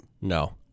No